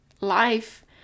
Life